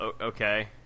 Okay